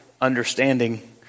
understanding